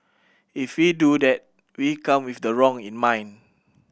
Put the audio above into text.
if we do that we come with the wrong in mind